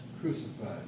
crucified